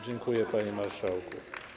Dziękuję, panie marszałku.